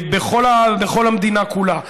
בכל המדינה כולה.